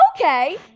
okay